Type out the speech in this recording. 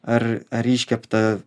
ar ar iškeptą